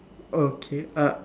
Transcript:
okay uh